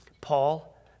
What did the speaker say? Paul